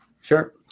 Sure